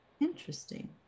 Interesting